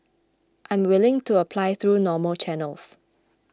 I'm willing to apply through normal channels